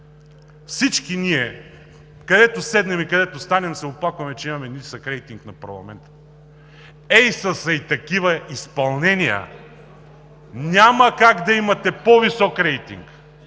Всички ние, където седнем и където станем, се оплакваме, че имаме нисък рейтинг на парламента. Ей с такива изпълнения няма как да имате по-висок рейтинг,